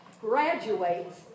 graduates